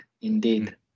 indeed